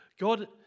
God